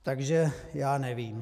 Takže já nevím.